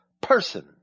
person